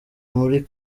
muri